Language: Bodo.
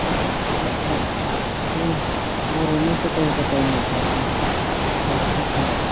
जों बर'नि गोदो गोदायनि फालिबोनाय गोखा गोखै